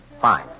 fine